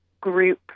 group